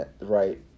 right